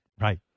Right